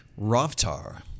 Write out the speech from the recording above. ravtar